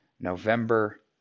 November